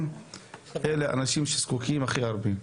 אלה האנשים שזקוקים הכי הרבה,